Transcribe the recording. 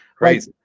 right